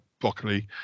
broccoli